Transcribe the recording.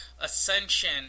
Ascension